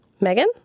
Megan